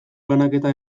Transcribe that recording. banaketa